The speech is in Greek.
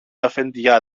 αφεντιά